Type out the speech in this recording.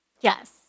Yes